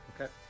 Okay